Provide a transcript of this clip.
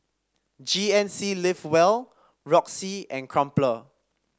G N C Live Well Roxy and Crumpler